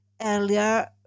earlier